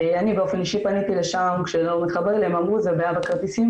אני באופן אישי פניתי לשע"ם כשלא התחבר לי והם אמרו 'זה בעיה בכרטיסים',